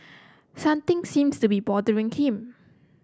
something seems to be bothering him